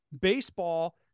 baseball